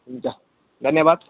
हुन्छ धन्यवाद